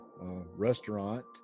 Restaurant